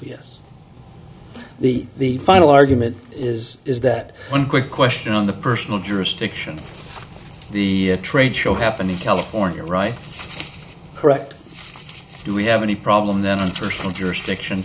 yes the the final argument is is that one quick question on the personal jurisdiction the tradeshow happened in california right correct do we have any problem then in terms of jurisdiction